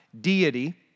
deity